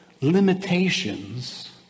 limitations